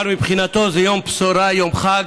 אבל מבחינתו זה יום בשורה, יום חג: